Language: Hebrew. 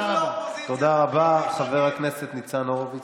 העלימו אותו